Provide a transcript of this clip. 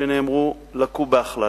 שנאמרו לקו בהכללה,